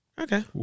Okay